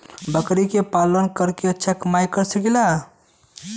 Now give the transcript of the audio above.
बकरी के पालन करके अच्छा कमाई कर सकीं ला?